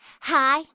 hi